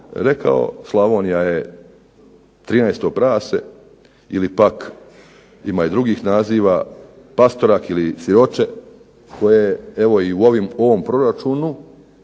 rekao Slavonija je 13. prase ili pak ima i drugih naziva, pastorak ili siroče koje evo i u ovom proračunu